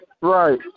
Right